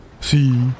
See